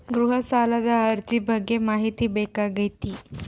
ಗೃಹ ಸಾಲದ ಅರ್ಜಿ ಬಗ್ಗೆ ಮಾಹಿತಿ ಬೇಕಾಗೈತಿ?